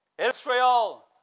Israel